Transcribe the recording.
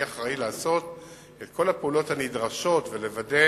אני אחראי לעשות את כל הפעולות הנדרשות ולוודא